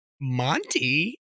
Monty